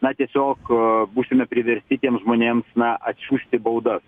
na tiesiog būsime priversti tiems žmonėms na atsiųsti baudas